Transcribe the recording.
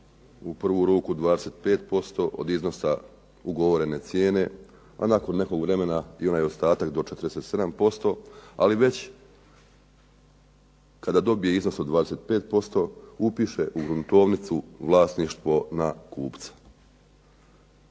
u prvu ruku 25% od iznosa ugovorene cijene, a nakon nekog vremena i onaj ostatak do 47%. Ali već kada dobije iznos od 25% upiše u gruntovnicu vlasništvo na kupca.